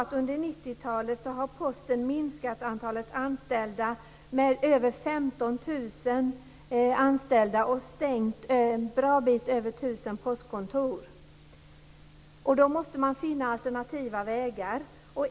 Under 90-talet har Posten minskat antalet anställda med över 15 000 och stängt en bra bit över 1 000 postkontor. Då måste man finna alternativa vägar.